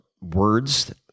words